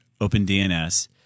OpenDNS